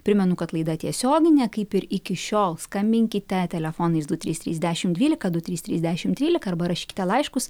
primenu kad laida tiesioginė kaip ir iki šiol skambinkite telefonais du trys trys dešim dvylika du trys tys dešim trylika arba rašykite laiškus